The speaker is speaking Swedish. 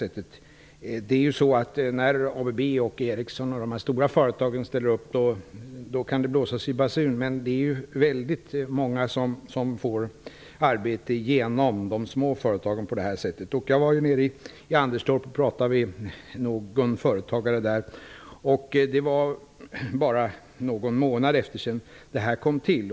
När ABB, Ericsson och andra stora företag ställer upp kan det blåsas i basun, men det är väldigt många också som får arbete i de små företagen. Jag var nere i Anderstorp och talade men en företagare där. Det var bara någon månad efter det att det här systemet kom till.